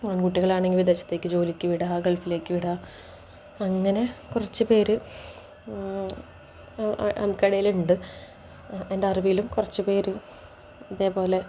ആൺകുട്ടികളാണെങ്കിൽ വിദേശത്തേക്ക് ജോലിക്കു വിടുക ഗൾഫിലേക്ക് വിറ്റുക അങ്ങനെ കുറച്ച് പേർ എൻ്റെ അറിവിലും കുറച്ചു പേർ അതേ പോലെ